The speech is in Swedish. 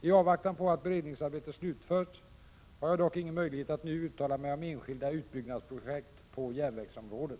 I avvaktan på att beredningsarbetet slutförs har jag dock ingen möjlighet att nu uttala mig om enskilda utbyggnadsprojekt på järnvägsområdet.